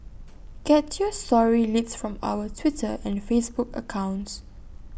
get your story leads from our Twitter and Facebook accounts